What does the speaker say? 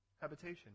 habitation